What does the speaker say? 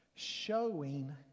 Showing